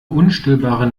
unstillbare